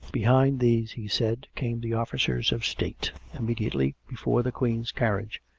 behind these, he said, came the officers of state immediately before the queen's carriage,